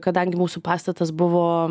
kadangi mūsų pastatas buvo